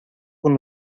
con